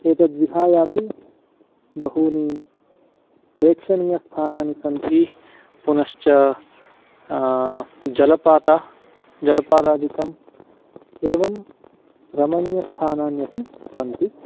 एतद्विहायापि बहूनि प्रेक्षणीयस्थानानि सन्ति पुनश्च जलपात जलपादादिकम् एवं रमणीयस्थानान्यपि सन्ति